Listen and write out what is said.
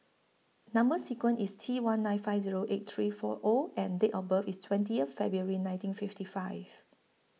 Number sequence IS T one nine five Zero eight three four O and Date of birth IS twentieth February nineteen fifty five